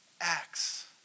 acts